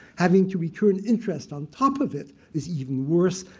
having to return interest on top of it is even worse.